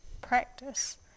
practice